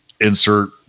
insert